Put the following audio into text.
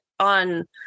On